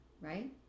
right